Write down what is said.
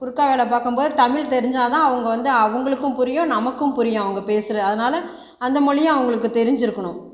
கூர்க்கா வேலை பார்க்கும்போது தமிழ் தெரிஞ்சால் தான் அவங்க வந்து அவங்களுக்கும் புரியும் நமக்கும் புரியும் அவங்க பேசறது அதனால அந்த மொழியும் அவங்களுக்கு தெரிஞ்சிருக்கணும்